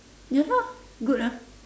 ya lah good ah